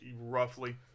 Roughly